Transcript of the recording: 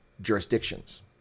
jurisdictions